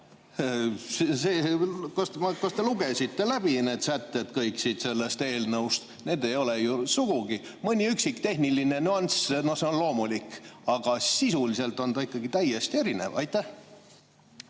Kas te lugesite läbi need sätted kõik sellest eelnõust? Need ei ole ju sugugi ... Mõni üksik tehniline nüanss, no see on loomulik, aga sisuliselt on ta ikkagi täiesti erinev. Aitäh!